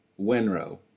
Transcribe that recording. Wenro